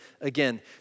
again